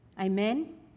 Amen